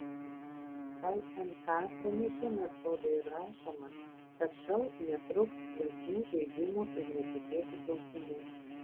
lnk pranešime spaudai rašoma kad šou netrūks linksmų žaidimų ir netikėtų klausimų